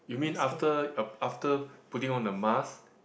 you mean after after putting on the mask